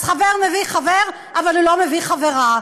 אז חבר מביא חבר, אבל הוא לא מביא חברה.